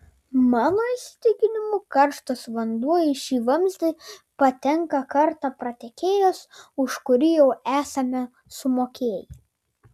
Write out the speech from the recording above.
mano įsitikinimu karštas vanduo į šį vamzdį patenka kartą pratekėjęs už kurį jau esame sumokėję